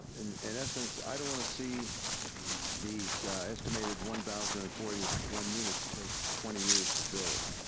in essence, i don't want to see these estimated one thousand and forty one units take twenty years to build.